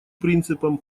принципом